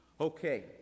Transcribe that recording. Okay